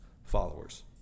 followers